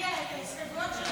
אני מסירה את ההסתייגויות.